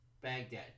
Baghdad